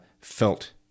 felt